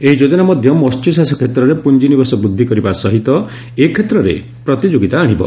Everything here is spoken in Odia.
ଏହି ଯୋଜନା ମଧ୍ୟ ମହ୍ୟଚାଷ କ୍ଷେତ୍ରରେ ପୁଞ୍ଚିନିବେଶ ବୃଦ୍ଧି କରିବା ସହିତ ଏକ୍ଷେତ୍ରରେ ପ୍ରତିଯୋଗିତା ଆଶିବ